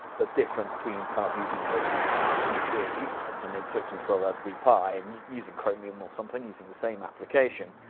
the difference between kind of using your mac or pc and then switching to a raspberry pi and using chromium or something, using the same application,